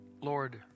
Lord